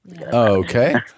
okay